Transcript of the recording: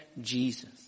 Jesus